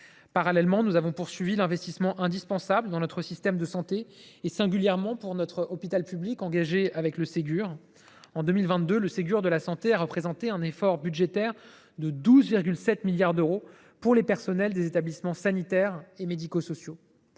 Parallèlement, nous avons poursuivi l’investissement indispensable dans notre système de santé, singulièrement pour notre hôpital public, engagé avec le Ségur. En 2022, le Ségur de la santé a représenté un effort budgétaire de 12,7 milliards d’euros pour les personnels des établissements sanitaires et médico sociaux.